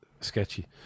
sketchy